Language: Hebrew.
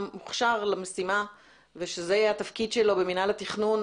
מוכשר למשימה ושזה יהיה התפקיד שלו במינהל התכנון,